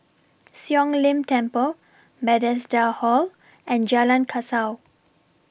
Siong Lim Temple Bethesda Hall and Jalan Kasau